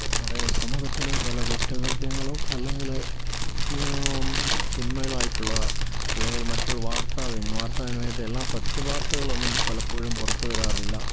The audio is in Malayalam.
നമ്മുടെ സമൂഹത്തിലെ പല കുറ്റകൃത്യങ്ങളും അല്ലെങ്കിൽ തിന്മയിലുമായിട്ടുള്ള അല്ലെങ്കിൽ മറ്റൊരു വാർത്താവിനിമയ വർത്തവിനിമയത്തിലെ എല്ലാ സത്യ വാർത്തകളൊന്നും പലപ്പോഴും പുറത്തു വരാറില്ല